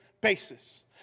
basis